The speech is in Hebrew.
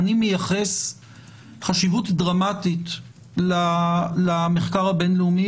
אני מייחס חשיבות דרמטית למחקר הבין-לאומי